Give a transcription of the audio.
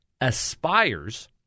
aspires